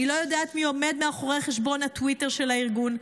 אני לא יודעת מי עומד מאחורי חשבון הטוויטר של הארגון,